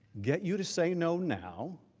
get you to say no now.